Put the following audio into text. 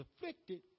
afflicted